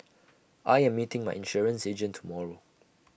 I am meeting my insurance agent tomorrow